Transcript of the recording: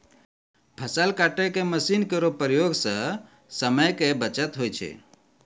फसल काटै के मसीन केरो प्रयोग सें समय के बचत होय छै